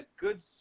good